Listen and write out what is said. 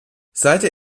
seither